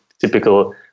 typical